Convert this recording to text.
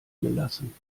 gelassen